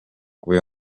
või